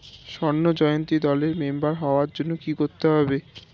স্বর্ণ জয়ন্তী দলের মেম্বার হওয়ার জন্য কি করতে হবে?